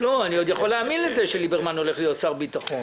אני עוד יכול להאמין לזה שליברמן הולך להיות שר הביטחון.